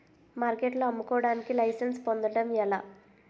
మార్కెట్లో అమ్ముకోడానికి లైసెన్స్ పొందడం ఎలా?